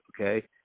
okay